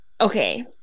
Okay